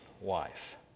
wife